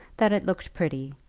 that it looked pretty,